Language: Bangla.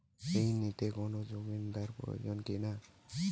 ঋণ নিতে কোনো জমিন্দার প্রয়োজন কি না?